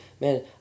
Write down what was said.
man